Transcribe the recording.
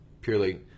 purely